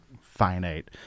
finite